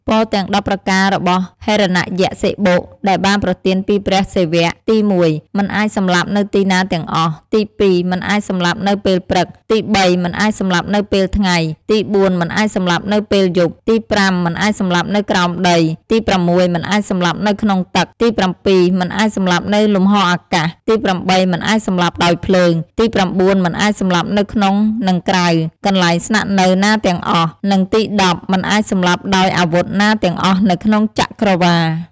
ពរទាំង១០ប្រការរបស់ ហិរណយក្សសិបុ ដែលបានប្រទានពីព្រះសិវៈ ទី១.មិនអាចសម្លាប់នៅទីណាទាំងអស់ ទី២.មិនអាចសម្លាប់នៅពេលព្រឹក ទី៣.មិនអាចសម្លាប់នៅពេលថ្ងៃ ទី៤.មិនអាចសម្លាប់នៅពេលយប់ ទី៥.មិនអាចសម្លាប់នៅក្រោមដី ទី៦.មិនអាចសម្លាប់នៅក្នុងទឹក ទី៧.មិនអាចសម្លាប់នៅលំហអាកាស ទី៨.មិនអាចសម្លាប់ដោយភ្លើង ទី៩.មិនអាចសម្លាប់នៅក្នុងនិងក្រៅ កន្លែងស្នាក់នៅណាទាំងអស់ និងទី១០.មិនអាចសម្លាប់ដោយអាវុធណាទាំងអស់នៅក្នុងចក្រវាឡ។